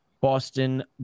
Boston